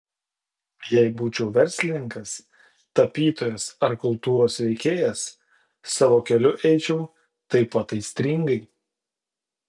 jei būčiau verslininkas tapytojas ar kultūros veikėjas savo keliu eičiau taip pat aistringai